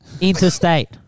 Interstate